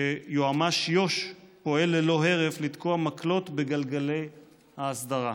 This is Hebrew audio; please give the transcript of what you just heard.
שיועמ"ש יו"ש פועל ללא הרף לתקוע מקלות בגלגלי ההסדרה?